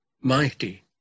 Mighty